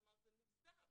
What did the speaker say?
כלומר, זה מוזר.